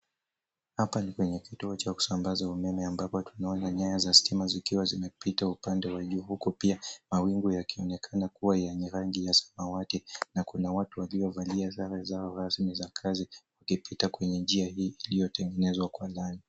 Hapa ni kwenye kituo cha kusambaza umeme ambapo tunaona nyaya za stima zikiwa zimepita upande wa juu huku pia mawingu yakionekana kuwa yenye rangi ya samawati na kuna watu waliovalia sare zao rasmi za kazi wakipita kwenye njia hii iliyotengenezwa kwa lami.